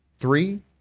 Three